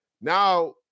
Now